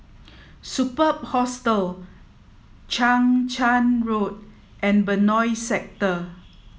Superb Hostel Chang Charn Road and Benoi Sector